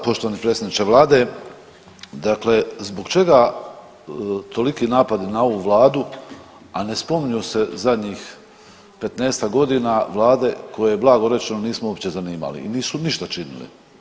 Poštovani predsjedniče vlade, dakle zbog čega toliki napadi na ovu vladu, a ne spominju se zadnjih 15 godina vlade koje blago rečeno nismo uopće zanimali i nisu ništa činili.